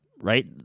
right